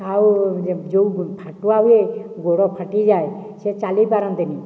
ଆଉ ଯେଉଁ ଫାଟୁଆ ହୁଏ ଗୋଡ଼ ଫାଟିଯାଏ ସିଏ ଚାଲି ପାରନ୍ତି ନି